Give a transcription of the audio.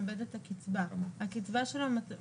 וגם כמו קצבת הנכות,